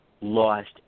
lost